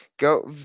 Go